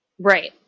Right